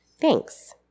Thanks